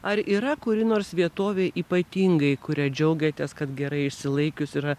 ar yra kuri nors vietovė ypatingai kuria džiaugiatės kad gerai išsilaikius yra